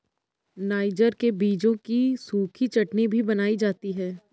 niger के बीजों की सूखी चटनी भी बनाई जाती है